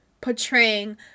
portraying